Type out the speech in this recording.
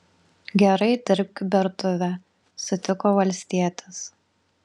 gerai dirbk bertuvę sutiko valstietis